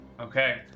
Okay